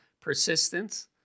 persistence